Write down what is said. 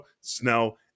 Snell